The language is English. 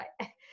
right